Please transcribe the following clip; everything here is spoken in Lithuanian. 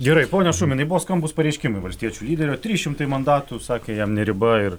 gerai pone šuminai buvo skambūs pareiškimai valstiečių lyderio trys šimtai mandatų sakė jam ne riba ir